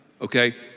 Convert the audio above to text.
okay